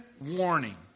warning